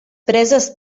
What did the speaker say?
preses